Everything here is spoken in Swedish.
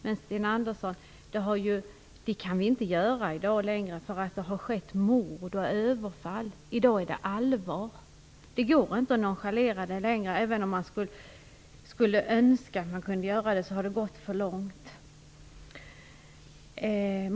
Men det kan vi inte längre göra, eftersom mord och överfall har förövats. I dag är det allvar. Även om man kunde önska att man kunde nonchalera rörelsen, har det gått för långt för det.